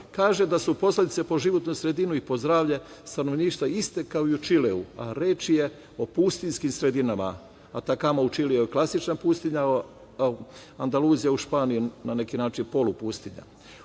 kaže da su posledice po životnu sredinu i po zdravlje stanovnika iste kao i u Čileu, a reč je o pustinjskim sredinama. Atakama u Čileu je klasična pustinja, a Andaluzija u Španiji na neki način polupustinja.U